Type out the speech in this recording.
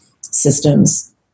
systems